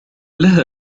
لها